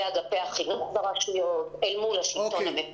אגפי החינוך ברשויות אל מול השלטון המקומי.